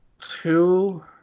two